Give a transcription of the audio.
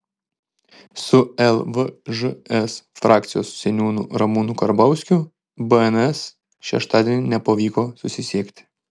su lvžs frakcijos seniūnu ramūnu karbauskiu bns šeštadienį nepavyko susisiekti